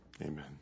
Amen